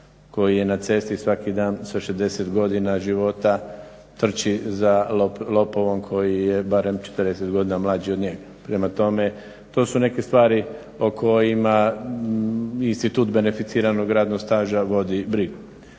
koji je na cesti svaki dana sa 60 godina života trči za lopovom koji je barem 40 godina mlađi od njega. Prema tome to su neke stvari o kojima institut beneficiranog radnog staža vodi brigu.